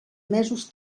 mesos